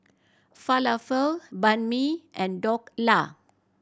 Falafel Banh Mi and Dhokla